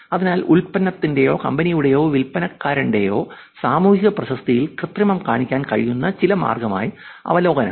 അതിനാൽ ഉൽപ്പന്നത്തിന്റെയോ കമ്പനിയുടേയോ വിൽപ്പനക്കാരന്റേയോ സാമൂഹിക പ്രശസ്തിയിൽ കൃത്രിമം കാണിക്കാൻ കഴിയുന്ന ഒരു വലിയ മാർഗമാണ് അവലോകനങ്ങൾ